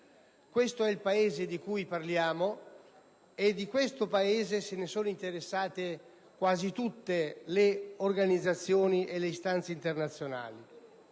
Questo è il Paese di cui parliamo e di cui si sono interessate quasi tutte le organizzazioni e le istanze internazionali: